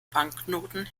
banknoten